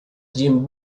jim